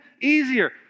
easier